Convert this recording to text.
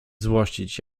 złościć